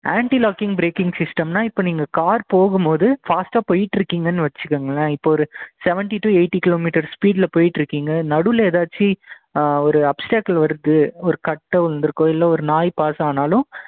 anti locking braking சிஸ்டம்ன்னா இப்போ நீங்கள் கார் போகும்போது ஃபாஸ்ட்டாக போயிட்ருக்கிங்கன்னு வச்சிக்கோங்களேன் இப்போ ஒரு செவென்டி டூ எயிட்டி கிலோமீட்டர் ஸ்பீட்டில் போயிட்டுருக்கீங்க நடுவில் ஏதாச்சு ஒரு அப்ஸ்டாக்கிள் வருது ஒரு கட்டை உழுந்துருக்கோ இல்லை ஒரு நாய் பாஸ் ஆனாலும்